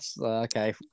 okay